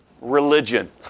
religion